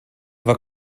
war